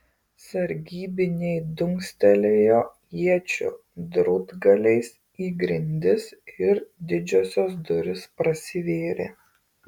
sargybiniai dunkstelėjo iečių drūtgaliais į grindis ir didžiosios durys prasivėrė